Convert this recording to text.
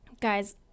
guys